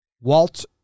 Walt